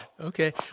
Okay